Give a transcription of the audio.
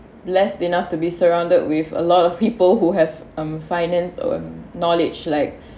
blessed enough to be surrounded with a lot of people who have um finance um knowledge like